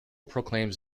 proclaims